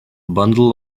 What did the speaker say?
bundle